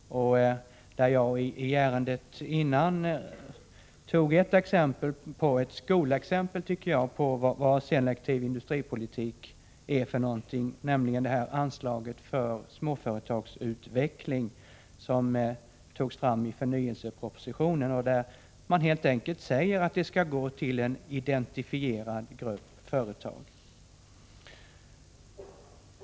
I det föregående ärendet angav jag ett exempel, ett skolexempel tycker jag, på vad selektiv industripolitik är för någonting, när jag talade om anslaget för småföretagsutveckling, som togs fram i förnyelsepropositionen. Man säger där att anslaget skall gå till en identifierad grupp företag.